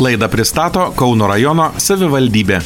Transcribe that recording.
laidą pristato kauno rajono savivaldybė